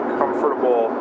comfortable